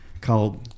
called